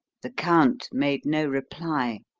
the count made no reply.